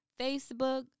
Facebook